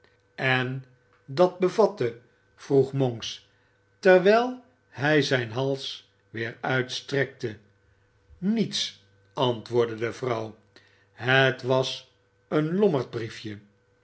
en dat bevatte vroeg monks terwijl hij zijn hals weer uitstrekte niets antwoordde de vrouw het was een lommerdbriefje